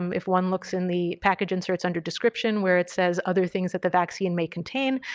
um if one looks in the package inserts under description where it says other things that the vaccine may contain,